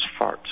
farts